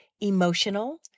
emotional